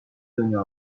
دنیا